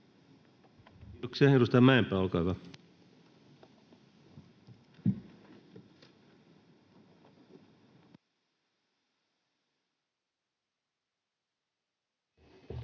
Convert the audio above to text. Kiitoksia. — Edustaja Mäenpää, olkaa hyvä. [Speech